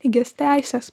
lygias teises